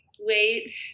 wait